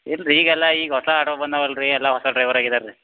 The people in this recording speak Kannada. ಇಲ್ಲ ರೀ ಈಗೆಲ್ಲ ಈಗ ಹೊಸ ಆಟೋ ಬಂದಾವಲ್ಲ ರೀ ಎಲ್ಲ ಹೊಸ ಡ್ರೈವರಾಗಿದ್ದಾರೆ ರೀ